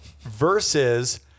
versus